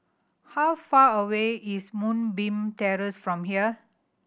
how far away is Moonbeam Terrace from here